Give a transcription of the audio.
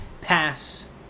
pass